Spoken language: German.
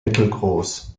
mittelgroß